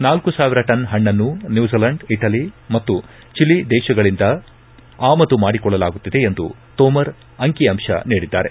ನಾಲ್ಕು ಸಾವಿರ ಟನ್ ಪಣ್ಣನ್ನು ನ್ಕೂಜಲೆಂಡ್ ಇಟಲಿ ಮತ್ತು ಚಿಲಿ ದೇಶಗಳಿಂದ ಆಮದು ಮಾಡಿಕೊಳ್ಳಲಾಗುತ್ತಿದೆ ಎಂದು ತೋಮರ್ ಅಂಕಿ ಅಂಶ ನೀಡಿದ್ದಾರೆ